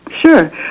Sure